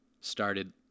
started